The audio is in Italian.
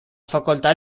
facoltà